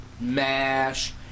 Mash